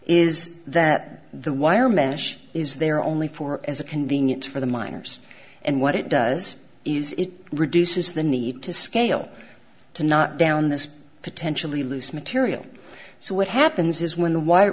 is that the wire mesh is there only for as a convenience for the miners and what it does is it reduces the need to scale to not down this potentially loose material so what happens is when the w